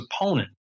opponent